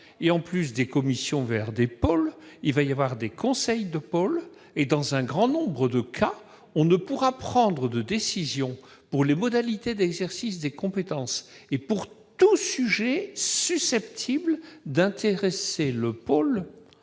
va y avoir des commissions et des conseils de pôles. Dans un grand nombre de cas, on ne pourra prendre de décision pour les modalités d'exercice des compétences et pour tout sujet susceptible d'intéresser le pôle